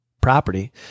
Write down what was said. property